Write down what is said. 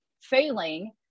failing